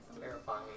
terrifying